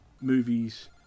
movies